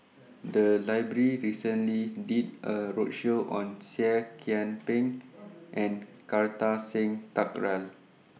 The Library recently did A roadshow on Seah Kian Peng and Kartar Singh Thakral